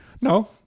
no